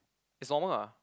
it's normal ah